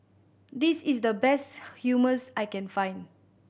this is the best Hummus I can find